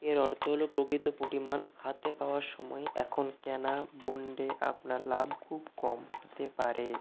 এর অর্থ হলো প্রকৃত পরিমাণ হাতে পাওয়ার সময় এখন কেনা বন্ডে আপনার লাভ খুব কম হতে পারে